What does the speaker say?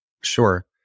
Sure